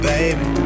Baby